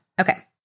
Okay